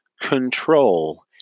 control